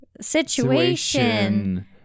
situation